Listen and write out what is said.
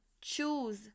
choose